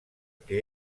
que